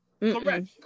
Correct